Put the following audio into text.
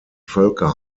völker